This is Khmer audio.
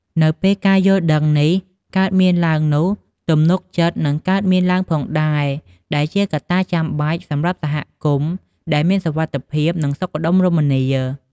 នៅពេលការយល់ដឹងនេះកើតមានឡើងនោះ ទំនុកចិត្តនឹងកើតមានឡើងផងដែរ ដែលជាកត្តាចាំបាច់សម្រាប់សហគមន៍ដែលមានសុវត្ថិភាព និងសុខដុមរមនា។